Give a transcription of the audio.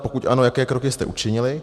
Pokud ano, jaké kroky jste učinili?